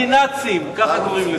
קוראים לזה "פלסטינאצים", ככה קוראים לזה.